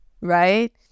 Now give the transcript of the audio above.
right